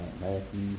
Matthew